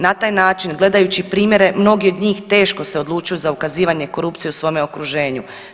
Na taj način gledajući primjere mnogi od njih teško se odlučuju za ukazivanje korupcije u svome okruženju.